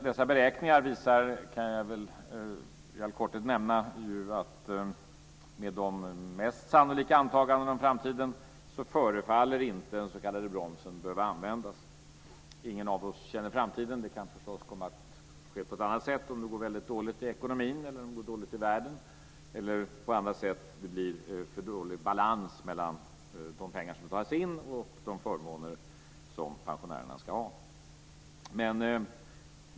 Dessa beräkningar visar, kan jag i all korthet nämna, att med de mest sannolika antagandena om framtiden förefaller inte den s.k. bromsen behöva användas. Ingen av oss känner framtiden - det kan förstås komma att ske på ett annat sätt om det går väldigt dåligt i ekonomin eller i världen eller om det på annat sätt blir för dålig balans mellan de pengar som betalas in och de förmåner som pensionärerna ska ha.